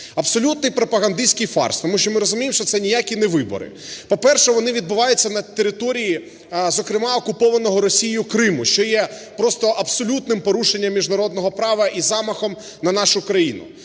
Абсолютний пропагандистський фарс, тому що ми розуміємо, що це ніякі не вибори. По-перше, вони відбуваються на території, зокрема окупованого Росією Криму, що є просто абсолютним порушенням міжнародного права і замахом на нашу країну.